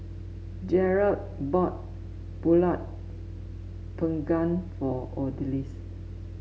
Jerrold bought pulut Panggang for Odalis